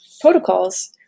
protocols